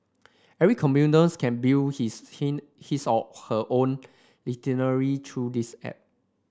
every commuter can build his his or her own itinerary through this app